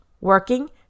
Working